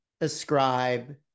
ascribe